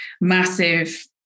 massive